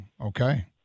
okay